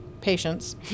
patients